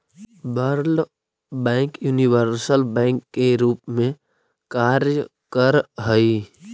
world Bank universal bank के रूप में कार्य करऽ हइ